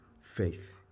Faith